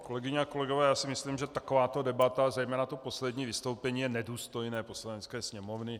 Kolegyně a kolegové, já si myslím, že takováto debata, zejména poslední vystoupení je nedůstojné Poslanecké sněmovny.